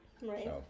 Right